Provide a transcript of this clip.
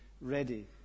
ready